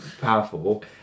powerful